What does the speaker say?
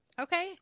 Okay